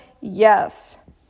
yes